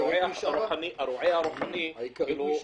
הרועה הרוחני --- "העיקרית" נשארה.